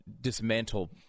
dismantle